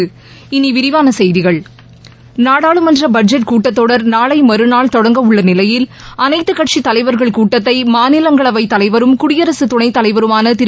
இனி விரிவான செய்திகள் நாடாளுமன்ற பட்ஜெட் கூட்டத்தொடர் நாளை மறுநாள் தொடங்க உள்ள நிலையில் அனைத்துக் கட்சித் தலைவர்கள் கூட்டத்தை மாநிலங்களவைத் தலைவரும் குடியரசு துணைத் தலைவருமானதிரு